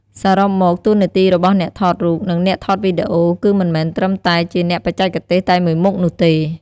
សរុបមក តួនាទីរបស់អ្នកថតរូប និងអ្នកថតវីដេអូ គឺមិនមែនត្រឹមតែជាអ្នកបច្ចេកទេសតែមួយមុខនោះទេ។